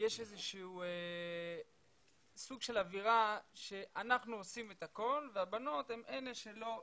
שיש איזה סוג של אווירה שאנחנו עושים את הכול והבנות הן אלה שלא